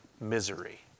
misery